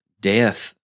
death